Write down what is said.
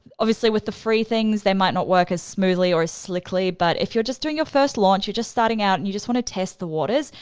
obviously with the free things, they might not work as smoothly or as slickly but if you're just doing your first launch, you're just starting out and you just wanna test the waters,